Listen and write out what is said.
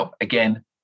Again